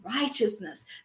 righteousness